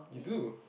you do